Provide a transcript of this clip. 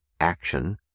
action